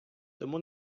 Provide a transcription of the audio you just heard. тому